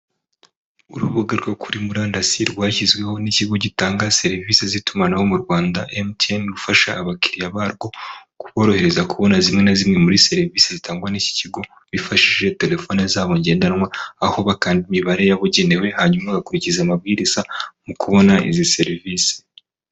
Urubuga rwo kuri murandasi rwashyizweho n'ikigo gitanga serivise z'itumanaho mu Rwanda MTN gufasha abakiriya barwo kuborohereza kubona zimwe na zimwe muri serivise zitangwa n'iki kigo bifashishije telefone zabo ngendanwa, aho bakanda imibare yabugenewe hanyuma bagakurikiza amabwiriza mu kubona izi serivise.